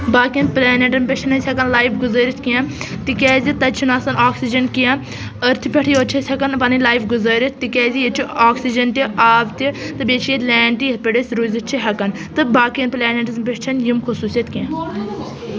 باقِیَن پٕلینٹَن پٮ۪ٹھ چھِنہٕ أسۍ ہٮ۪کان لایِف گُزٲرِتھ کینٛہہ تِکیازِ تَتہِ چھُنہٕ آسان آکسیٖجن کینٛہہ أرتھہِ پٮ۪ٹھٕے یوت چھِ أسۍ ہٮ۪کان پَنٕنۍ لایف گُزٲرِتھ تِکیازِ ییٚتہِ چھِ آکسیٖجن تہِ آب تہِ تہِ بیٚیہِ چھِ ییٚتہِ لینڈ تہِ یِتھ پٮ۪ٹھ أسۍ روٗزِتھ چھِ ہٮ۪کان تہٕ باقیَن پٕلینٹزَن پٮ۪ٹھ چھنہٕ یِم خصوٗصیت کینٛہہ